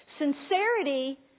Sincerity